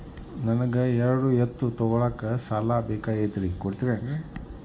ನನಗ ಎರಡು ಎತ್ತು ತಗೋಳಾಕ್ ಸಾಲಾ ಬೇಕಾಗೈತ್ರಿ ಕೊಡ್ತಿರೇನ್ರಿ?